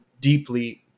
deeply